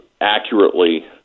accurately